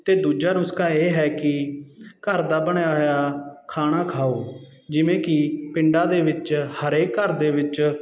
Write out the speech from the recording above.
ਅਤੇ ਦੂਜਾ ਨੁਸਖਾ ਇਹ ਹੈ ਕਿ ਰੁਜ਼ਗਾਰ ਇਹ ਹੈ ਕਿ ਘਰ ਦਾ ਬਣਿਆ ਹੋਇਆ ਖਾਣਾ ਖਾਓ ਜਿਵੇਂ ਕਿ ਪਿੰਡਾਂ ਦੇ ਵਿੱਚ ਹਰੇਕ ਘਰ ਦੇ ਵਿੱਚ